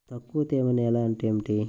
తక్కువ తేమ నేల అంటే ఏమిటి?